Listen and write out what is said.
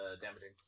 damaging